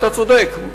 אתה צודק,